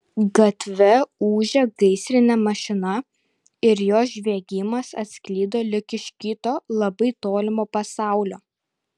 gatve ūžė gaisrinė mašina ir jos žviegimas atsklido lyg iš kito labai tolimo pasaulio